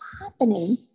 happening